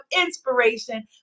inspiration